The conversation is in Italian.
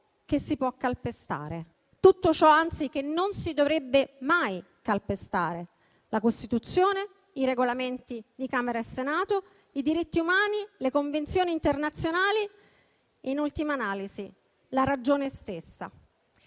che si può calpestare, tutto ciò, anzi, che non si dovrebbe mai calpestare: la Costituzione, i Regolamenti di Camera e Senato, i diritti umani, le convenzioni internazionali e, in ultima analisi, la ragione stessa.